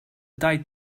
tai